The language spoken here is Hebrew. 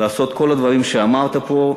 לעשות את כל הדברים שאמרת פה.